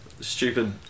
stupid